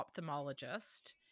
ophthalmologist